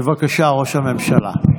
בבקשה, ראש הממשלה.